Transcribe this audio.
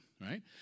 right